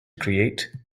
create